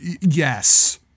Yes